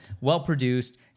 Well-produced